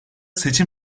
seçim